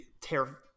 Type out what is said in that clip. tear